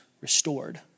restored